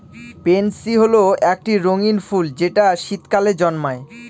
pansy হল একটি রঙ্গীন ফুল যেটা শীতকালে জন্মায়